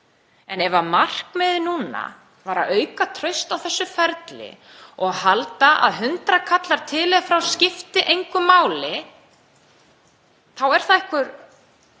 En ef markmiðið núna var að auka traust á þessu ferli og halda að hundraðkallar til eða frá skipti engu máli þá er það bara